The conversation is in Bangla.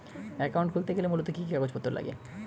অ্যাকাউন্ট খুলতে গেলে মূলত কি কি কাগজপত্র লাগে?